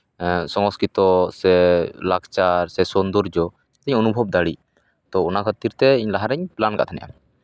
ᱦᱮᱸ ᱥᱚᱝᱥᱠᱨᱤᱛᱚ ᱥᱮ ᱞᱟᱠᱪᱟᱨ ᱥᱮ ᱥᱳᱱᱫᱚᱨᱡᱚ ᱡᱮ ᱚᱱᱩᱵᱷᱚᱵᱽ ᱫᱟᱲᱮᱜ ᱛᱚ ᱚᱱᱟ ᱠᱷᱟᱹᱛᱤᱨ ᱛᱮ ᱤᱧ ᱞᱟᱦᱟᱨᱤᱧ ᱯᱞᱮᱱ ᱠᱟᱜ ᱛᱟᱦᱮᱸᱫ